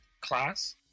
class